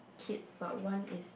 kids but one is